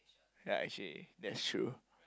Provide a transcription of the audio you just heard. ya actually that's true